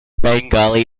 bengali